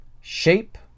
Shape